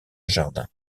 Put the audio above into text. jardin